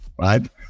right